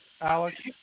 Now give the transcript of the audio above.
Alex